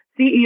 CEO